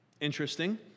Interesting